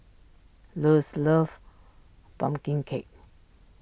Luz loves Pumpkin Cake